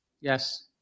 Yes